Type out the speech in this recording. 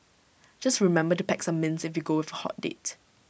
just remember to pack some mints if you go with A hot date